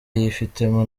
yifitemo